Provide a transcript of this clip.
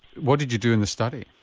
what did you do in the study?